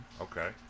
Okay